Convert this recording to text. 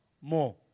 more